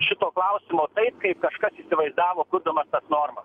šito klausimo taip kaip kažkas įsivaizdavo kurdamas tas normas